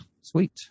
sweet